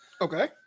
Okay